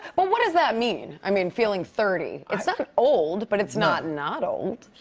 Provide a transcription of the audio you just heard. well, what does that mean? i mean, feeling thirty. it's not old, but it's not not old,